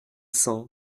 cent